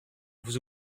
vous